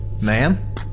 Ma'am